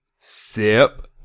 Sip